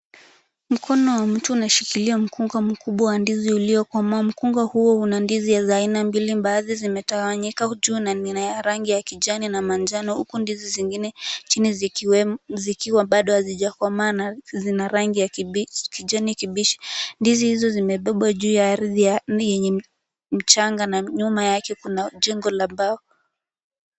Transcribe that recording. Mkono wa mtu unashikilia mkunga mkubwa wa ndizi uliokomaa. Mkunga huo una ndizi za aina mbili, baadhi zimetawanyika, juu na zina rangi ya kijani na manjano huku ndizi zingine chini zikiwa bado hazijakomaa, na zina rangi ya kibichi, kijani kibichi. Ndizi hizo zimebebwa juu ya ardhi yenye mchanga, na nyuma yake kuna jengo la mbao.